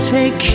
Take